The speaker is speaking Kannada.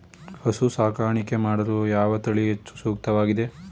ಹಸು ಸಾಕಾಣಿಕೆ ಮಾಡಲು ಯಾವ ತಳಿ ಹೆಚ್ಚು ಸೂಕ್ತವಾಗಿವೆ?